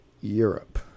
Europe